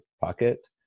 pocket